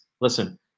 listen